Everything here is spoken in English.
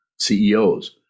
CEOs